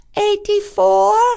Eighty-four